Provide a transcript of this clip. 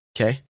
Okay